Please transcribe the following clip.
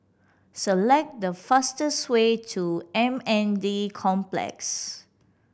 select the fastest way to M N D Complex